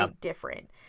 different